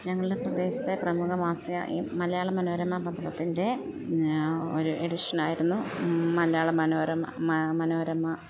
ഞങ്ങളുടെ പ്രദേശത്തെ പ്രമുഖ മാസിക ഈ മലയാള മനോരമ പത്രത്തിൻ്റെ ഒരു എഡിഷനായിരുന്നു മലയാള മനോരമ മനോരമ